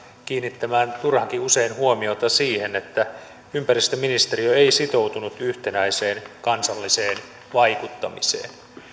kiinnittämään turhankin usein huomiota siihen että ympäristöministeriö ei sitoutunut yhtenäiseen kansalliseen vaikuttamiseen